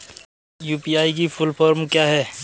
UPI की full form क्या है?